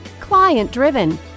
client-driven